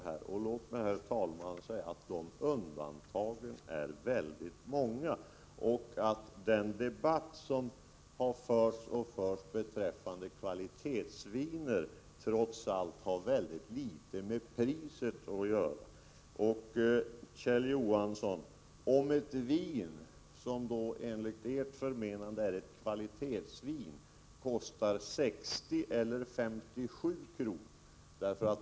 Jag påstår, herr talman, att dessa undantag är många. Den debatt som har förts och förs om kvalitetsviner har trots allt föga med priset att göra. Om ett vin, som enligt Kjell Johanssons mening är ett kvalitetsvin, kostar 60 eller 57 kr.